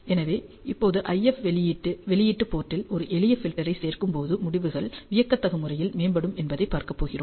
எனவே இப்போது IF வெளியீட்டு போர்ட்டில் ஒரு எளிய ஃபில்டரைச் சேர்க்கும்போது முடிவுகள் வியத்தகு முறையில் மேம்படும் என்பதைப் பார்க்கப் போகிறோம்